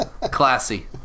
Classy